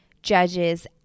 Judges